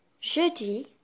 Jeudi